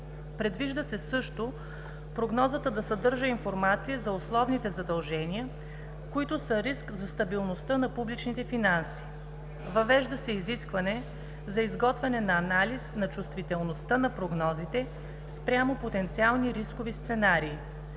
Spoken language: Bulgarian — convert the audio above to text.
Предвижда се също прогнозата да съдържа информация за условните задължения, които са риск за стабилността на публичните финанси. Въвежда се и изискване за изготвяне на анализ на чувствителността на прогнозите спрямо потенциални рискови сценарии.